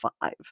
five